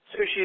sushi